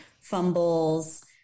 fumbles